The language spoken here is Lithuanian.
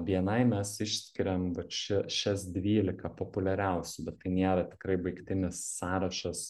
bni mes išskiriam vat šia šias dvylika populiariausių bet tai nėra tikrai baigtinis sąrašas